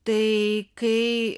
tai kai